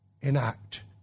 enact